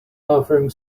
offering